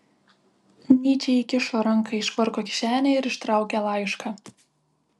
nyčė įkišo ranką į švarko kišenę ir ištraukė laišką